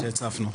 שהצפנו?